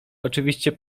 oczywiście